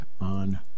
on